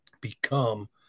become